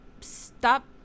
stop